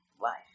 life